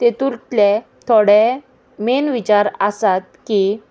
तेतूतले थोडे मेन विचार आसात की